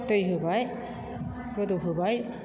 दै होबाय गोदौ होबाय